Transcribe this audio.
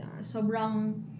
sobrang